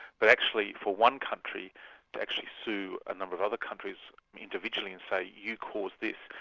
but actually for one country to actually sue a number of other countries individually and say you caused this,